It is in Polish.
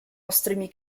ostrymi